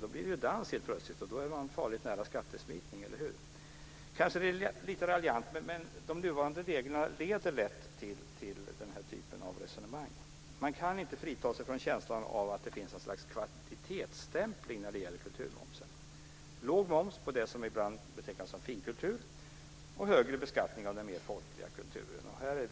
Då blir det ju dans helt plötsligt, och då är man farligt nära skattesmitning, eller hur? Detta kanske är lite raljant, men de nuvarande reglerna leder lätt till den här typen av resonemang. Man kan inte frigöra sig från en känsla av att det finns ett slags kvalitetstämpling vad gäller kulturmomsen: låg moms på det som ibland betecknas som finkultur och högre beskattning av den mer folkliga kulturen.